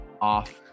off